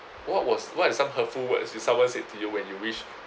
what was what are some hurtful words someone said to you when you wish